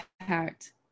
impact